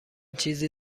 چیزی